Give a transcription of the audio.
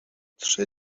trzy